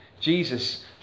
Jesus